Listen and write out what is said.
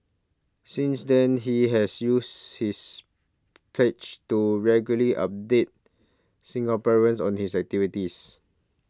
since then he has used his page to regularly update Singaporeans on his activities